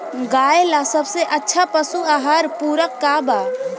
गाय ला सबसे अच्छा पशु आहार पूरक का बा?